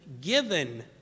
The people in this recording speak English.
given